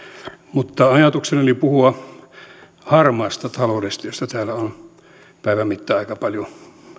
mutta ajatuksenani oli puhua harmaasta taloudesta josta täällä on päivän mittaan aika paljon